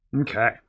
Okay